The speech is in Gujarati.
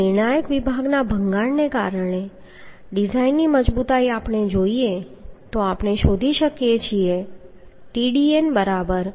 પછી નિર્ણાયક વિભાગના ભંગાણને કારણે ડિઝાઇનની મજબૂતાઈ આપણે જોઈએ તો આપણે શોધી શકીએ છીએ કે Tdn0